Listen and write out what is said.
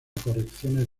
correcciones